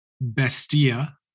Bestia